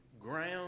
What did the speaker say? Ground